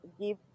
give